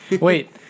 Wait